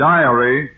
Diary